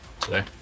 today